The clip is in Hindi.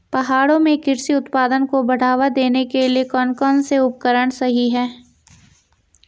पहाड़ों में कृषि उत्पादन को बढ़ावा देने के लिए कौन कौन से उपकरण सही हैं?